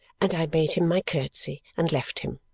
and i made him my curtsy and left him.